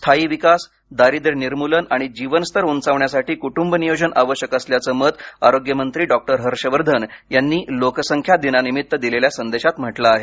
स्थायी विकास दारिद्र्य निर्मुलन आणि जीवन स्तर उंचावण्यासाठी कुटूंब नियोजन आवश्यक असल्याचं मत आरोग्यमंत्री डॉक्टर हर्षवर्धन यांनी लोकसंख्यादिनानिमित्त दिलेल्या संदेशात म्हटलं आहे